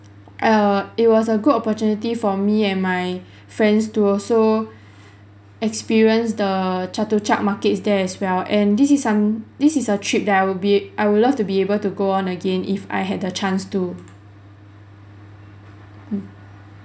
uh it was a good opportunity for me and my friends to also experience the chatuchak markets there as well and this is un~ this is a trip that I will be I will love to be able to go on again if I had the chance to mm